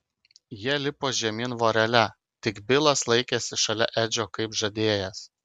jie lipo žemyn vorele tik bilas laikėsi šalia edžio kaip žadėjęs